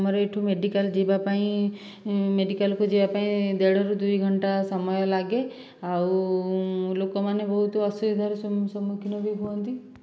ଆମର ଏଇଠୁ ମେଡ଼ିକାଲ ଯିବା ପାଇଁ ମେଡ଼ିକାଲ କୁ ଯିବା ପାଇଁ ଦେଢ଼ ରୁ ଦୁଇ ଘଣ୍ଟା ସମୟ ଲାଗେ ଆଉ ଲୋକ ମାନେ ବହୁତ ଅସୁବିଧାର ସମ୍ମୁଖୀନ ବି ହୁଅନ୍ତି